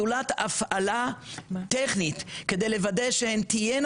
זולת הפעלה טכנית כדי לוודא שהן תהיינה